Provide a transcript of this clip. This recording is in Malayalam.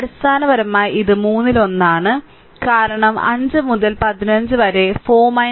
അടിസ്ഥാനപരമായി ഇത് മൂന്നിലൊന്നാണ് കാരണം 5 മുതൽ 15 വരെ 4 0